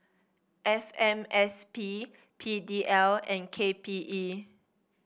F M S P P D L and K P E